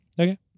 Okay